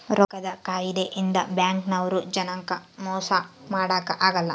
ರೊಕ್ಕದ್ ಕಾಯಿದೆ ಇಂದ ಬ್ಯಾಂಕ್ ನವ್ರು ಜನಕ್ ಮೊಸ ಮಾಡಕ ಅಗಲ್ಲ